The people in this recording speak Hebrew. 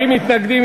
40 מתנגדים.